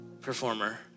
performer